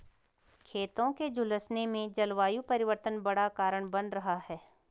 खेतों के झुलसने में जलवायु परिवर्तन बड़ा कारण बन रहा है